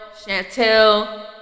Chantel